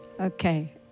Okay